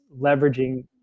leveraging